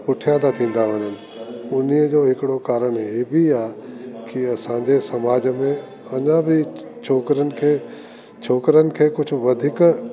पुठियां ता थींदा वञन उन्हीअ जो हिकु कारण हीउ बि आ कि असांजे समाज में अञा बि छोकरिन खे छोकरन खे कुझु वधीक